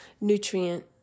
Nutrient